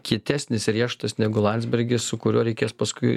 kietesnis riešutas negu landsbergis su kuriuo reikės paskui